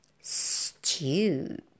stewed